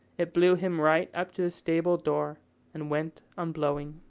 it blew him right up to the stable-door, and went on blowing.